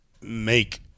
make